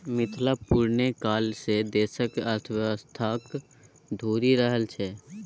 मिथिला पुरने काल सँ देशक अर्थव्यवस्थाक धूरी रहल छै